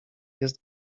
jest